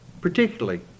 particularly